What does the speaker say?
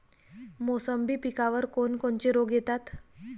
मोसंबी पिकावर कोन कोनचे रोग येतात?